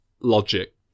logic